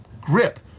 grip